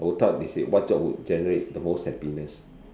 I would thought they said what job will generate the most happiness